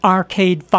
Arcade